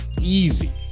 easy